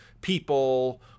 people